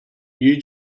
you